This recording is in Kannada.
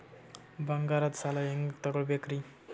ಬಂಗಾರದ್ ಸಾಲ ಹೆಂಗ್ ತಗೊಬೇಕ್ರಿ?